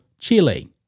Chile